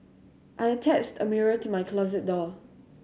I attached a mirror to my closet door